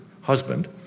husband